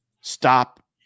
Stop